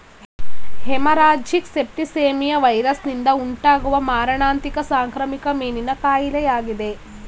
haemorrhagic septicaemia ವೈರಸ್ನಿಂದ ಉಂಟಾಗುವ ಮಾರಣಾಂತಿಕ ಸಾಂಕ್ರಾಮಿಕ ಮೀನಿನ ಕಾಯಿಲೆಯಾಗಿದೆ